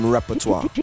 Repertoire